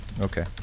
okay